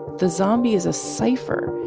the zombie is a cipher.